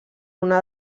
una